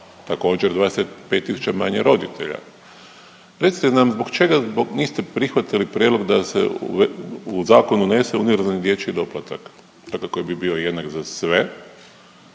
također 25 tisuća manje roditelja. Recite nam zbog čega niste prihvatili prijedlog da se u zakon unese univerzalni dječji doplatak, dakle koji bi bio jednak za sve